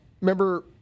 remember